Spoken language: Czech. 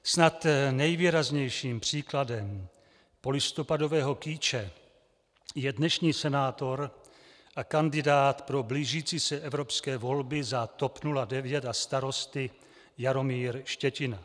Snad nejvýraznějším příkladem polistopadového kýče je dnešní senátor a kandidát pro blížící se evropské volby za TOP 09 a Starosty Jaromír Štětina.